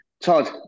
Todd